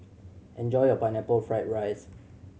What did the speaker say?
enjoy your Pineapple Fried rice